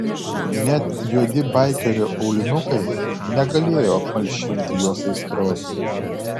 net juodi baikerio aulinukai negalėjo apmalšinti jos aistros